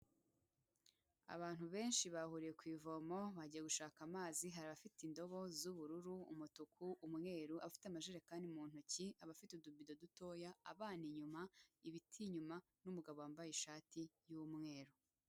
Abantu benshi bahuriye ku ivomo, bagiye gushaka amazi, hari abafite indobo z'ubururu, umutuku, umweru, abafite amajerekani mu ntoki, abafite udubido dutoya, abana inyuma, ibiti inyuma n'umugabo wambaye ishati y'umweru.